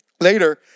Later